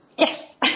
Yes